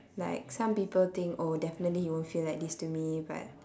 like some people think oh definitely you won't feel like this to me but